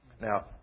Now